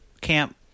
camp